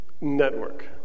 network